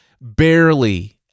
Barely